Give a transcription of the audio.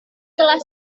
telah